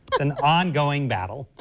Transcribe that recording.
but and ongoing battle.